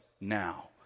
now